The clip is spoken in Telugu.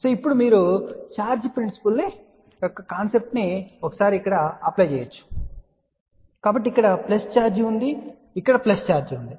కాబట్టి ఇప్పుడు మీరు ఛార్జ్ సిద్ధాంతం యొక్క భావనను వర్తింపజేయవచ్చు కాబట్టి ఇక్కడ ప్లస్ ఛార్జ్ ఉంది ప్లస్ ఇక్కడ ఛార్జ్ ఉంది